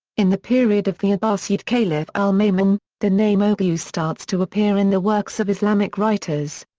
in the period of the abbasid caliph al-ma'mun, the name oghuz starts to appear in the works of islamic writers.